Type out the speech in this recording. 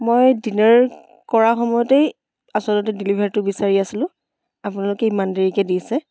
মই ডিনাৰ কৰা সময়তেই আচলতে ডেলিভাৰীটো বিচাৰি আছিলোঁ আপোনালোকে ইমান দেৰীকৈ দিছে